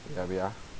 wait ah wait ah